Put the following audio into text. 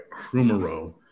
krumero